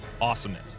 Awesomeness